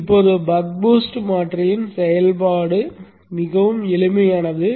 இப்போது buck boost மாற்றியின் செயல்பாடும் மிகவும் எளிமையானது